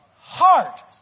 heart